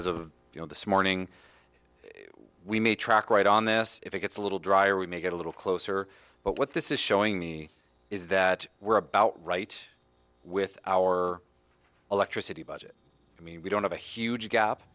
as of you know this morning we may track right on this if it gets a little drier we may get a little closer but what this is showing me is that we're about right with our electricity budget i mean we don't have a huge gap